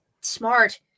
smart